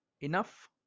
enough